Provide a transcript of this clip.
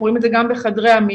אנחנו רואים את זה גם בחדרי המיון,